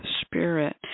spirit